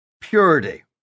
purity